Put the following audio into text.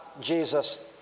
Jesus